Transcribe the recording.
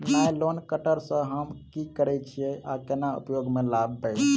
Nylon cutter सँ हम की करै छीयै आ केना उपयोग म लाबबै?